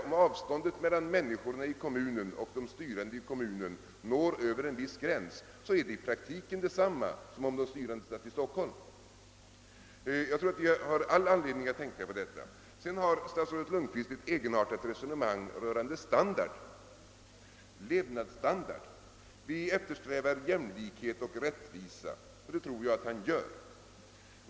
Om avståndet mellan människorna i kommunen och de styrande i kommunen når över en viss gräns så är det i praktiken detsamma som om de styrande satt i Stockholm. Jag tror att vi har all anledning att tänka på detta. Statsrådet Lundkvist för ett egenartat resonemang rörande levnadsstandard. Vi eftersträvar större jämlikhet och rättvisa, säger statsrådet, och det tror jag att han gör.